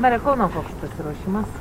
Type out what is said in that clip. mere kauno koks pasiruošimas